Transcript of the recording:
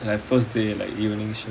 the first day like evening show